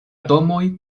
domoj